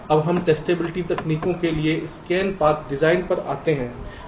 अब हम टेस्टेबिलिटी तकनीक के लिए स्कैन पथ डिजाइन पर आते हैं